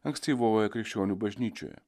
ankstyvojoje krikščionių bažnyčioje